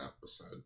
episode